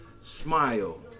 SMILE